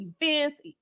events